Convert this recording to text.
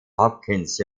hopkins